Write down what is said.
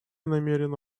намерена